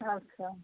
अच्छा